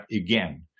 Again